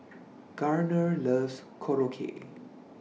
Garner loves Korokke